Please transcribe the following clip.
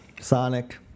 Sonic